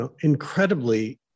incredibly